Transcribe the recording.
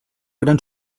gran